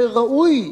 וראוי,